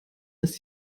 ist